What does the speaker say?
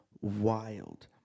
wild